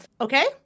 okay